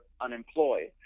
unemployed